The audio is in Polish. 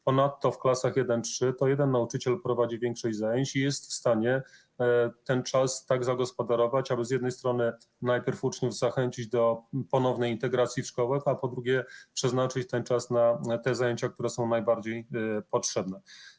Ponadto w klasach I-III to jeden nauczyciel prowadzi większość zajęć i jest w stanie tak zagospodarować czas, aby z jednej strony najpierw uczniów zachęcić do ponownej integracji w szkołach, a z drugiej przeznaczyć czas na te zajęcia, które są najbardziej potrzebne.